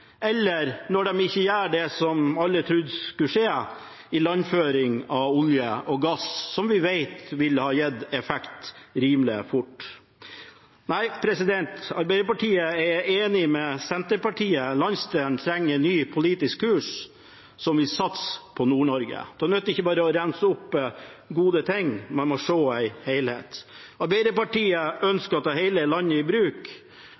eller når de ikke gjør det som alle trodde skulle skje – ilandføring av olje og gass, som vi vet ville gitt effekt rimelig fort. Nei, Arbeiderpartiet er enig med Senterpartiet. Landsdelen trenger en ny politisk kurs som vil satse på Nord-Norge. Det nytter ikke bare å ramse opp gode ting – man må se helheten. Arbeiderpartiet ønsker å ta hele landet i bruk.